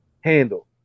handle